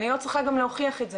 אני לא צריכה גם להוכיח את זה,